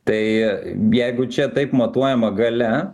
tai jeigu čia taip matuojama galia